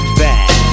back